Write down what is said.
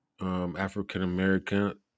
African-American